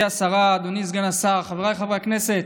חבר הכנסת,